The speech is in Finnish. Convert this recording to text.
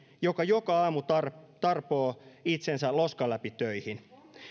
joka joka aamu tarpoo tarpoo itsensä loskan läpi töihin